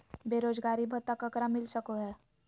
बेरोजगारी भत्ता ककरा मिलता सको है?